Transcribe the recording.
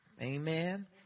Amen